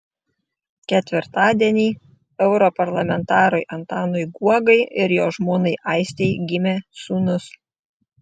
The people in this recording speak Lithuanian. ketvirtadienį europarlamentarui antanui guogai ir jo žmonai aistei gimė sūnus